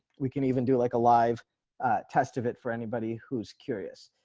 we can even do like a live test of it for anybody who's curious.